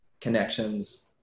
connections